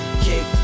kick